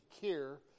care